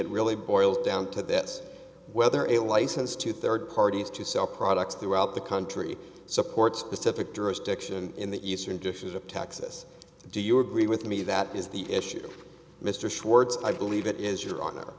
it really boils down to this whether a license to third parties to sell products throughout the country supports pacific jurisdiction in the eastern dishes of texas do you agree with me that is the issue mr schwartz i believe it is your honor